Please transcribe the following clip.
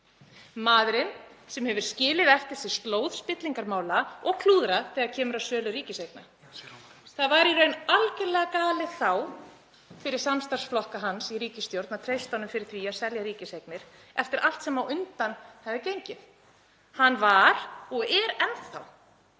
maðurinn sem hefur skilið eftir sig slóð spillingarmála og klúðrað málum þegar kemur að sölu ríkiseigna. Það var í raun algerlega galið þá, fyrir samstarfsflokka hans í ríkisstjórn, að treysta honum fyrir því að selja ríkiseignir eftir allt sem á undan var gengið. Hann var og er enn